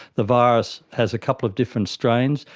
the virus has a couple of different strains.